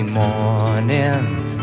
mornings